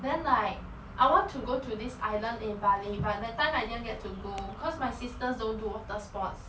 then like I want to go to this island in bali but that time I didn't get to go cause my sisters don't do water sports